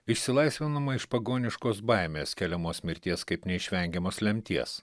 išsilaisvinama iš pagoniškos baimės keliamos mirties kaip neišvengiamos lemties